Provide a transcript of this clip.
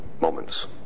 moments